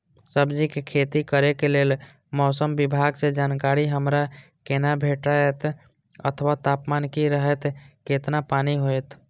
सब्जीके खेती करे के लेल मौसम विभाग सँ जानकारी हमरा केना भेटैत अथवा तापमान की रहैत केतना पानी होयत?